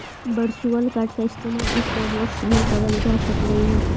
virtual card का इस्तेमाल e commerce में करल जा सकलई हे